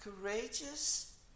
courageous